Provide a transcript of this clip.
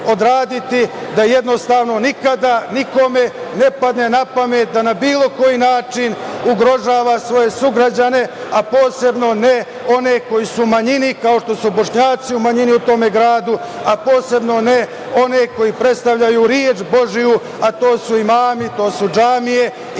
da jednostavno nikada nikome ne padne na pamet da na bilo koji način ugrožava svoje sugrađane, a posebno ne one koji su u manjini, kao što su Bošnjaci u manjini u tom gradu, a posebno ne one koji predstavljaju reč božiju, a to su imami, to su džamije. Zato